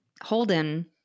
Holden